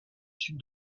sud